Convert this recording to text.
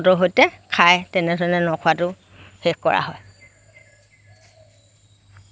ভকতৰ সৈতে খায় তেনেধৰণে ন খোৱাটো শেষ কৰা হয়